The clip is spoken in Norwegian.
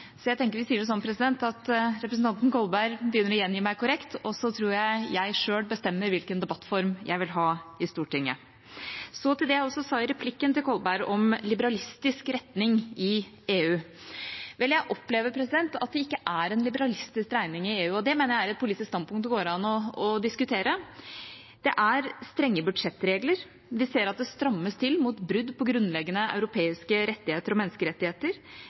Jeg tenker vi sier det sånn at representanten Kolberg begynner å gjengi meg korrekt, og så tror jeg at jeg selv bestemmer hvilken debattform jeg vil ha i Stortinget. Til det jeg sa i replikken til Kolberg om liberalistisk retning i EU: Jeg opplever at det ikke er en liberalistisk dreining i EU, og det mener jeg er et politisk standpunkt det går an å diskutere. Det er strenge budsjettregler. Vi ser at det strammes til mot brudd på grunnleggende europeiske rettigheter og menneskerettigheter,